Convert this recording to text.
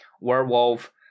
werewolf